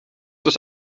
das